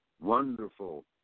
wonderful